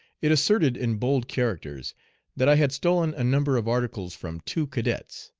it asserted in bold characters that i had stolen a number of articles from two cadets,